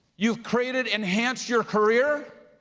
you're created, enhanced your career.